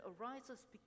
arises